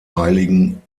heiligen